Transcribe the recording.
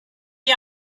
you